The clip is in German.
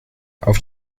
auf